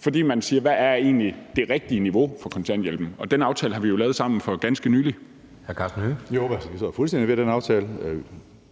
fordi man ser på, hvad det rigtige niveau for kontanthjælpen egentlig er. Den aftale har vi jo lavet sammen for ganske nylig.